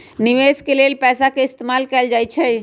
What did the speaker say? निवेश के लेल पैसा के इस्तमाल कएल जाई छई